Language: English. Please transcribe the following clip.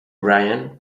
ryan